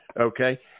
Okay